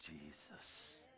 Jesus